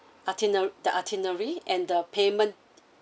itine~ the itinerary and the payment